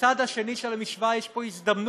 בצד השני של המשוואה יש פה הזדמנות